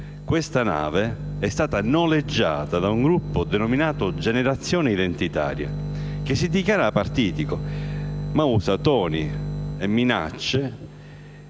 Tale nave è stata noleggiata da un gruppo denominato Generazione Identitaria, che si dichiara apartitico ma usa toni e minacce